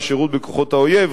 שירות בכוחות האויב,